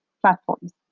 platforms